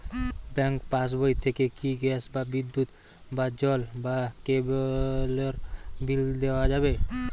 Bank পাশবই থেকে কি গ্যাস বা বিদ্যুৎ বা জল বা কেবেলর বিল দেওয়া যাবে?